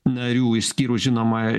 narių išskyrus žinoma